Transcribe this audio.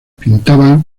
pintaba